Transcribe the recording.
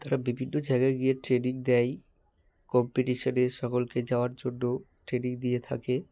তারা বিভিন্ন জায়গায় গিয়ে ট্রেনিং দেই কম্পিটিশনে সকলকে যাওয়ার জন্য ট্রেনিং দিয়ে থাকে